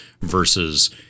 versus